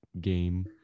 game